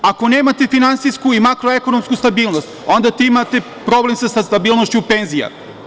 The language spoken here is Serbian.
Ako nemate finansijsku i makroekonomsku stabilnost, onda imate problem sa stabilnošću penzija.